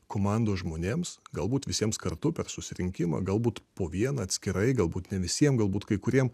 komandos žmonėms galbūt visiems kartu per susirinkimą galbūt po vieną atskirai galbūt ne visiem galbūt kai kuriem